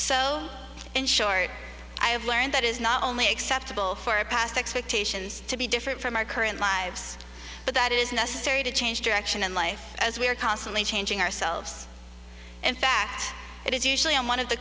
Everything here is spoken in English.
so in short i have learned that is not only acceptable for a past expectations to be different from our current lives but that it is necessary to change direction in life as we are constantly changing ourselves in fact it is usually in one of the